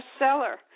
bestseller